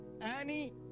Annie